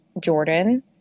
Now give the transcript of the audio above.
Jordan